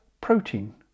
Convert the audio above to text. protein